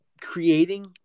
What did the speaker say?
creating